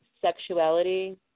sexuality